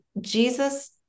Jesus